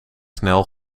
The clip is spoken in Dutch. snel